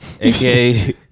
AKA